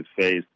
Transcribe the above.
face